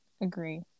agree